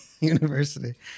University